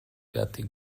пятой